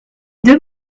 deux